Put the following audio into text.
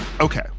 Okay